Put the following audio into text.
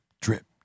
Drip